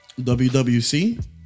WWC